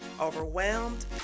overwhelmed